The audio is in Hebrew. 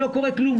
לא קורה כלום'.